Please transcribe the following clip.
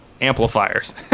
amplifiers